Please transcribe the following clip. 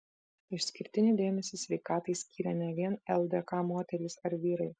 išskirtinį dėmesį sveikatai skyrė ne vien ldk moterys ar vyrai